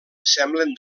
semblen